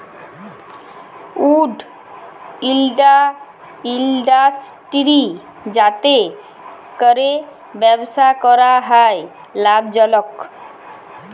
would industry যাতে ক্যরে ব্যবসা ক্যরা হ্যয় লাভজলক